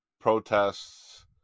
protests